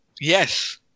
Yes